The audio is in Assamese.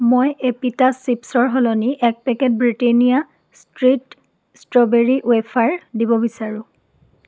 মই এপিটাছ চিপ্ছৰ সলনি এক packet Britannia treat strawberry wafer দিব বিচাৰোঁ